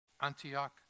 Antioch